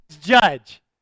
judge